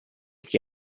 che